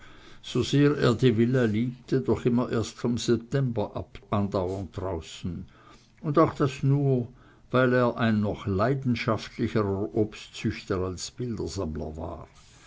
die villa liebte doch immer erst vom september an andauernd draußen und auch das nur weil er ein noch leidenschaftlicherer obstzüchter als bildersammler war